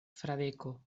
fradeko